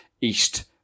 east